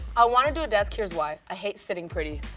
i want to do a desk, here's why. i hate sitting pretty.